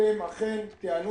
שאכן תענו